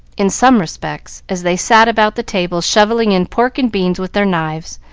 in some respects, as they sat about the table shovelling in pork and beans with their knives,